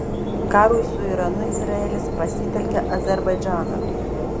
karui su iranu izraelis pasitelkia azerbaidžaną